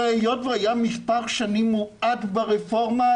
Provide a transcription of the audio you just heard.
היות והוא היה מספר שנים מועט ברפורמה,